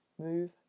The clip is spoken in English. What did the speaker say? move